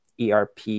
ERP